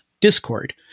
Discord